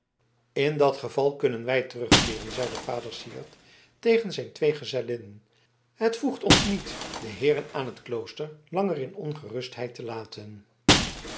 in dat geval kunnen wij terugkeeren zeide vader syard tegen zijn twee gezellinnen het voegt ons niet de heeren aan t klooster langer in ongerustheid te laten